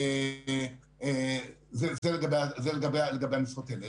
זה לגבי המשרות האלה.